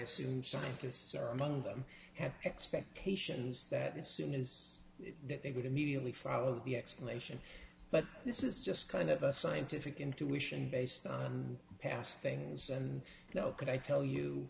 assume scientists are among them have expectations that this soon is that they would immediately follow the explanation but this is just kind of a scientific intuition based on past things and now could i tell you